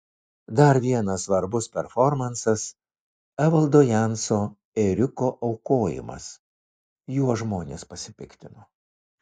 dar vienas svarbus performansas evaldo janso ėriuko aukojimas juo žmonės pasipiktino